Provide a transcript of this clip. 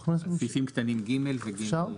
אושר נצביע על סעיפים קטנים (ג) ו-(ג)1.